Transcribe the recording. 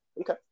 Okay